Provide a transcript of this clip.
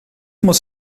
muss